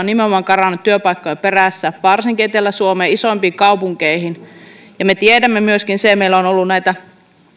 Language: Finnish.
nimenomaan karannut työpaikkojen perässä varsinkin etelä suomen isoimpiin kaupunkeihin me tiedämme myöskin tämän meillä on ollut näitä